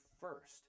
first